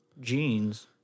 jeans